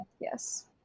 Yes